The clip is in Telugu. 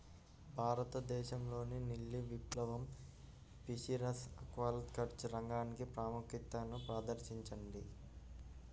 భారతదేశంలోని నీలి విప్లవం ఫిషరీస్ ఆక్వాకల్చర్ రంగానికి ప్రాముఖ్యతను ప్రదర్శించింది